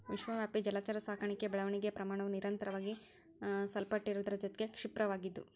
ವಿಶ್ವವ್ಯಾಪಿ ಜಲಚರ ಸಾಕಣೆಯ ಬೆಳವಣಿಗೆಯ ಪ್ರಮಾಣವು ನಿರಂತರವಾಗಿ ಸಲ್ಪಟ್ಟಿರುವುದರ ಜೊತೆಗೆ ಕ್ಷಿಪ್ರವಾಗಿದ್ದು